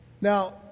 Now